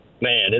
Man